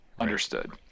Understood